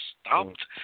stopped